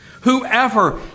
Whoever